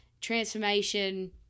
transformation